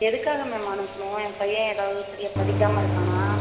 எதுக்காக மேம் அனுப்பனும் என் பையன் எதாவது சரியா படிக்காமல் இருக்கானா